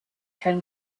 ken